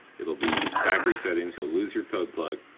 it'll be factory settings, you'll lose your code plug,